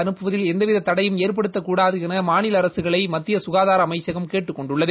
அனுப்புவதில் எந்தவித தடையும் ஏற்படுத்தக்கூடாது என மாநில் அரசுகளை மத்திய ககாதார அமைச்சகம் கேட்டுக் கொண்டுள்ளது